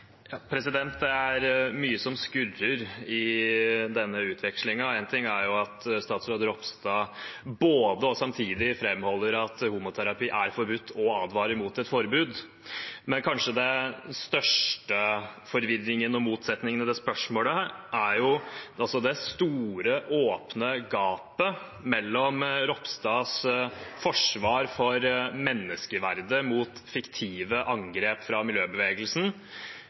Det er mye som skurrer i denne replikkvekslingen. Én ting er at statsråd Ropstad både framholder at homoterapi er forbudt, og advarer mot et forbud. Men kanskje den største forvirringen og motsetningen i dette spørsmålet er det store, åpne gapet mellom Ropstads forsvar for menneskeverdet mot fiktive angrep fra miljøbevegelsen